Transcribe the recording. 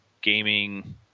gaming